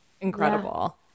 Incredible